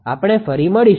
આપણે ફરી મળીશું